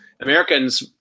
Americans